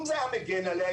אם זה היה מגן עליה,